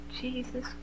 Jesus